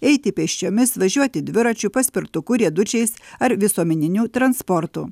eiti pėsčiomis važiuoti dviračiu paspirtuku riedučiais ar visuomeniniu transportu